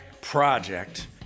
Project